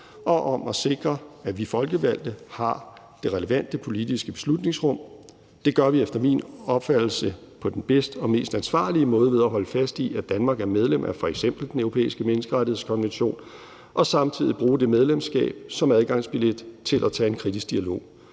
og om at sikre, at vi folkevalgte har det relevante politiske beslutningsrum. Det gør vi efter min opfattelse på den bedste og mest ansvarlige måde ved at holde fast i, at Danmark er medlem af f.eks. Den Europæiske Menneskerettighedskonvention, og samtidig bruge det medlemskab som adgangsbillet til at tage en kritisk dialog.